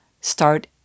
Start